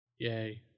Yay